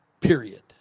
Period